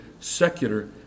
Secular